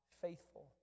faithful